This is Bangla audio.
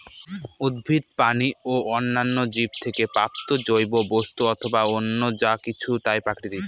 উদ্ভিদ, প্রাণী ও অন্যান্য জীব থেকে প্রাপ্ত জৈব বস্তু অথবা অন্য যা কিছু তাই প্রাকৃতিক